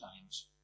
times